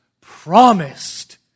promised